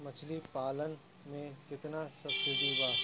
मछली पालन मे केतना सबसिडी बा?